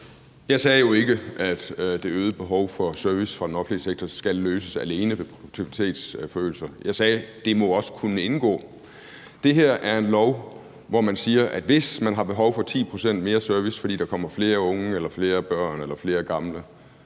Jeg sagde jo ikke, at det øgede behov for service fra den offentlige sektor skal løses alene ved produktivitetsforøgelser. Jeg sagde: Det må også kunne indgå. Det her er en lov, hvor man siger, at hvis man har behov for 10 pct. mere service, fordi der kommer flere unge, flere børn eller flere gamle,